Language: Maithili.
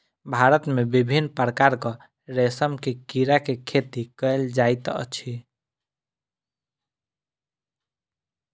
भारत मे विभिन्न प्रकारक रेशम के कीड़ा के खेती कयल जाइत अछि